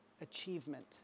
achievement